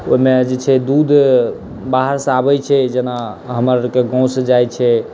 ओहिमे जे छै दूध बाहरसँ आबै छै जेना हमर आओरके गामसँ जाइ छै